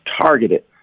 targeted